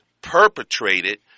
Perpetrated